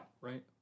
right